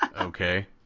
Okay